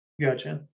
Gotcha